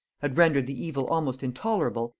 had rendered the evil almost intolerable,